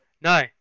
No